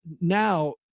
now